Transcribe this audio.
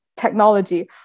Technology